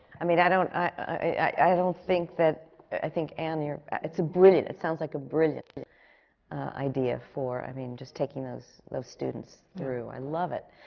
i mean, i don't i don't think that i think, anne, your it's a brilliant it sounds like a brilliant idea for, i mean, just taking those students through. i love it,